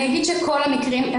כל המקרים הם